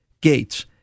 Gates